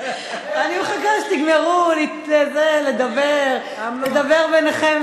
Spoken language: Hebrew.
אני מחכה שתגמרו לדבר ביניכם,